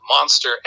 monster